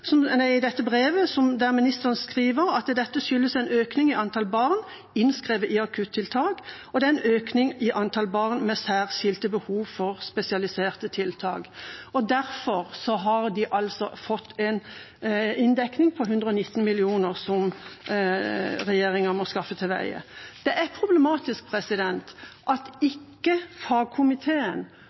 fått en kommentar fra regjeringa i form av et brev der ministeren skriver at det skyldes en økning i antall barn innskrevet i akuttiltak, og at det er en økning i antall barn med særskilte behov for spesialiserte tiltak. Derfor har de altså fått en inndekning på 119 mill. kr, som regjeringa må skaffe til veie. Det er problematisk at ikke fagkomiteen